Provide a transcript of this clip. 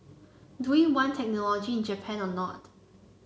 do we want technology in Japan or not